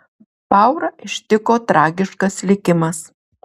paurą ištiko tragiškas likimas